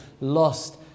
Lost